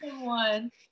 one